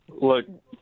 Look